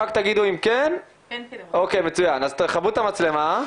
אז תכבו את המצלמה.